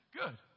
good